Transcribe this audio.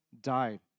died